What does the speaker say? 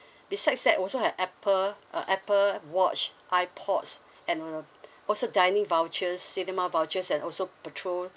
besides that also have apple uh apple watch iPods and uh also dining vouchers cinema vouchers and also petrol